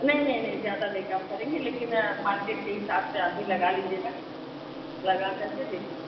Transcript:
नहीं नहीं नहीं ज़्यादा नहीं कम करेंगे लेकिन मार्केट के हिसाब से आप भी लगा लीजिएगा लगा करके दे दीजिएगा